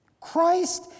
Christ